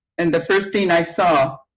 and the first thing i saw